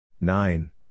Nine